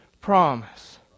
promise